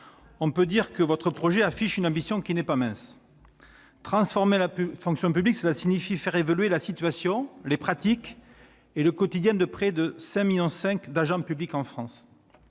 On peut dire que votre texte affiche une ambition qui n'est pas mince ! Transformer la fonction publique, cela signifie faire évoluer les situations, les pratiques et le quotidien de près de 5,5 millions d'agents publics en France.